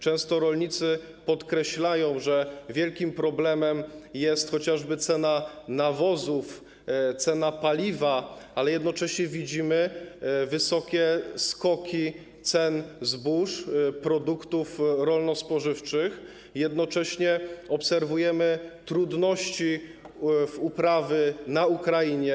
Rolnicy często podkreślają, że wielkim problemem jest chociażby cena nawozów, cena paliwa, ale jednocześnie widzimy wysokie skoki cen zbóż, produktów rolno-spożywczych i obserwujemy trudności w uprawie na Ukrainie.